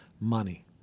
money